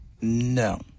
no